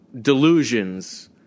delusions